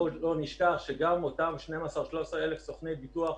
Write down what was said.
בל נשכח שגם אותם 12,000 13,000 סוכני ביטוח,